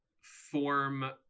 form